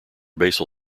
basal